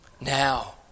Now